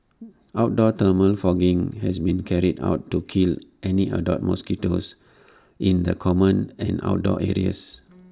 outdoor thermal fogging has been carried out to kill any adult mosquitoes in the common and outdoor areas